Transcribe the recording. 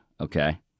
okay